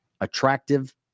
attractive